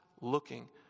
looking